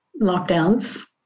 lockdowns